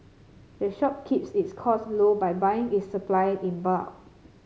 the shop keeps its costs low by buying its supply in bulk